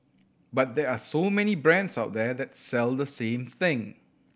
but there are so many brands out there that sell the same thing